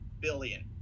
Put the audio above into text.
billion